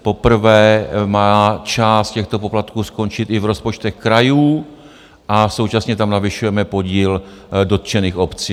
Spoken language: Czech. Poprvé má část těchto poplatků skončit i v rozpočtech krajů a současně tam navyšujeme podíl dotčených obcí.